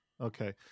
Okay